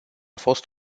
fost